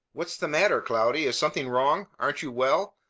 what's the matter, cloudy? is something wrong? aren't you well?